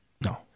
No